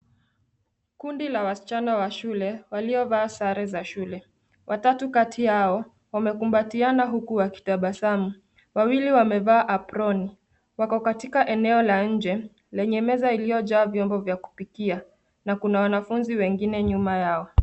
Kundi la wasichana wa shule waliovaa sare za shule, watatu kati yao wamekumbatiana huku wakitabasamu, wawili wamevaa aproni wako katika eneo la nje lenye meza iliojaa vyombo vya kupikia na kuna wanafunzi wengine nyuma yao.